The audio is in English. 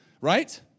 Right